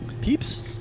Peeps